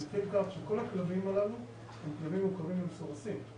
אני אתחיל מכך שכל הכלבים הללו הם כלבים מעוקרים ומסורסים.